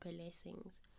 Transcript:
blessings